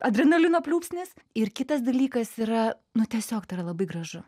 adrenalino pliūpsnis ir kitas dalykas yra nu tiesiog tai yra labai gražu